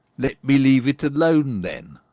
let me leave it alone, then,